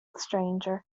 stranger